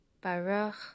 Baruch